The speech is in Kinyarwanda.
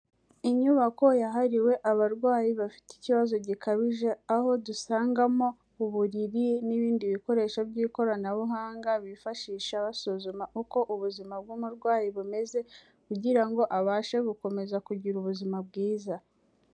Inyubako yahariwe abarwayi bafite ikibazo gikabije, aho dusangamo uburiri n'ibindi bikoresho by'ikoranabuhanga bifashisha basuzuma uko ubuzima bw'umurwayi bumeze, kugira ngo abashe gukomeza kugira ubuzima bwiza.